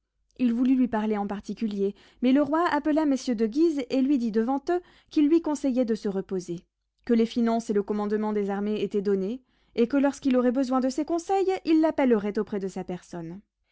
il voulut lui parler en particulier mais le roi appela messieurs de guise et lui dit devant eux qu'il lui conseillait de se reposer que les finances et le commandement des armées étaient donnés et que lorsqu'il aurait besoin de ses conseils il l'appellerait auprès de sa personne